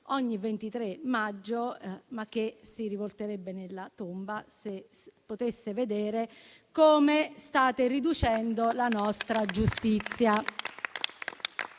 ogni 23 maggio, ma che si rivolterebbe nella tomba se potesse vedere come state riducendo la nostra giustizia.